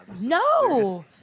No